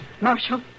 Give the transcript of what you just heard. Marshal